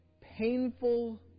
painful